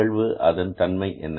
நிகழ்வு அதன் தன்மை என்ன